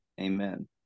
Amen